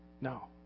No